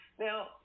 Now